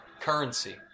Currency